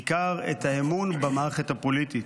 בעיקר את האמון במערכת הפוליטית.